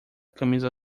camisa